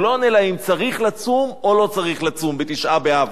הוא לא עונה להם אם צריך לצום או לא צריך לצום בתשעה באב,